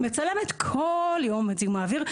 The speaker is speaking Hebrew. מצלמת כל יום את זיהום האוויר,